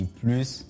plus